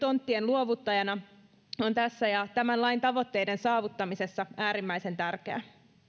tonttien luovuttajana on tässä ja tämän lain tavoitteiden saavuttamisessa äärimmäisen tärkeä